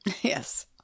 Yes